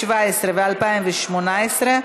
2017 ו-2018),